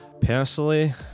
Personally